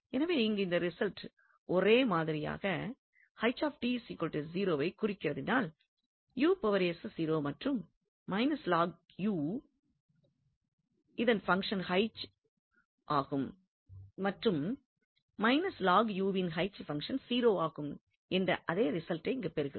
எனவே இங்கு இந்த ரிசல்ட் ஒரே மாதிரியாக ஐ குறிப்பதனால் மற்றும் யின் பங்ஷன் 0 ஆகும் என்ற அதே ரிசல்ட்டையே இங்கும் பெறுகிறோம்